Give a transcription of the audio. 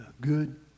Good